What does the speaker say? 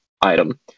item